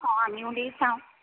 অঁ আমিও দি চাওঁ